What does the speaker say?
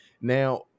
Now